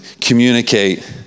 communicate